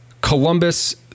Columbus